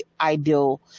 ideal